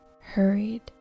hurried